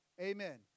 amen